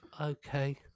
okay